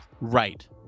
right